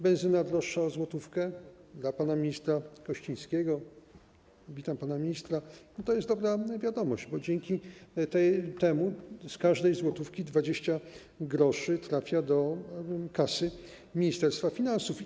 Benzyna droższa o złotówkę dla pana ministra Kościńskiego - witam pana ministra - to jest dobra wiadomość, bo dzięki temu z każdej złotówki 20 gr trafia do kasy Ministerstwa Finansów.